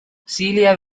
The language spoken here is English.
celia